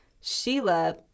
Sheila